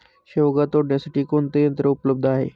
शेवगा तोडण्यासाठी कोणते यंत्र उपलब्ध आहे?